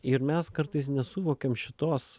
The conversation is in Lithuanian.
ir mes kartais nesuvokiam šitos